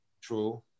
True